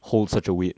hold such a weight